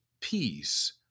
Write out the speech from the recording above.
peace